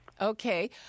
Okay